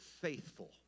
faithful